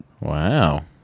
wow